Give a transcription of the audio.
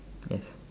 yes